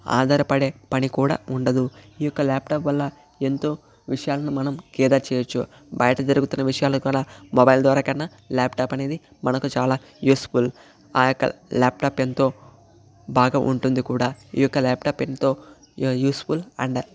ఆధారపడే పని కూడా ఉండదు ఈ యొక్క ల్యాప్టాప్ వల్ల ఎంతో విషయాలను మనం ఖేదర్ చేయవచ్చు బయట జరుగుతున్న విషయాలు కూడా మొబైల్ ద్వారా కన్నా ల్యాప్టాప్ అనేది మనకు చాలా యూస్ఫుల్ ఆ యొక్క ల్యాప్టాప్ ఎంతో బాగా ఉంటుంది కూడా ఈ యొక్క ల్యాప్టాప్ ఎంతో యూస్ఫుల్ అండ్